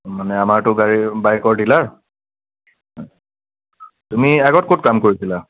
মানে আমাৰতো গাড়ী বাইকৰ ডিলাৰ তুমি আগত ক'ত কাম কৰিছিলা